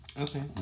okay